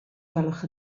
gwelwch